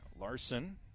Larson